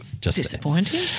Disappointing